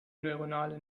neuronale